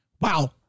wow